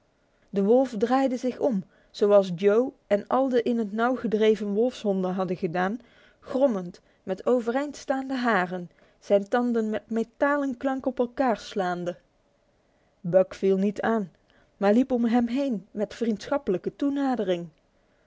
de wolf draaide zich om zoals joe en al de in het nauw gedreven wolfshonden hadden gedaan grommend met overeind staande haren zijn tanden met metalen klank op elkaar slaande buck viel niet aan maar liep om hem heen met